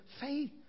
Faith